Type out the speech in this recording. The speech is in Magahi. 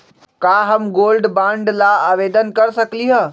का हम गोल्ड बॉन्ड ला आवेदन कर सकली ह?